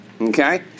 okay